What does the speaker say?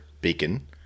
bacon